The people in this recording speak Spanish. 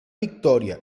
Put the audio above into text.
victoria